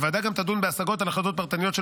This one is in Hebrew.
הוועדה גם תדון בהשגות על החלטות פרטניות של